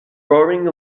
roaring